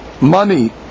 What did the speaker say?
money